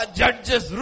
judges